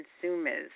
consumers